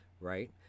right